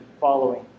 following